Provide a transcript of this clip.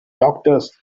doctors